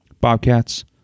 bobcats